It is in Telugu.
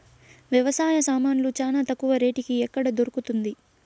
వ్యవసాయ సామాన్లు చానా తక్కువ రేటుకి ఎక్కడ దొరుకుతుంది?